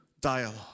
dialogue